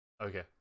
okay